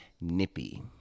nippy